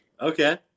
Okay